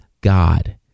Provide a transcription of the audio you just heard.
God